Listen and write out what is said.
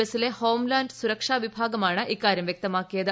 എസിലെ homeland സുരക്ഷാ വിഭാഗമാണ് ഇക്കാര്യം വൃക്തമാക്കിയത്